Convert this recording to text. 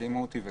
שישלימו אותי,